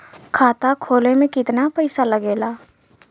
खाता खोले में कितना पैसा लगेला?